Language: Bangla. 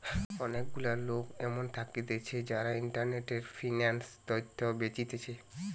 অনেক গুলা লোক এমন থাকতিছে যারা ইন্টারনেটে ফিন্যান্স তথ্য বেচতিছে